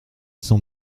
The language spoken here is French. sans